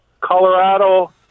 Colorado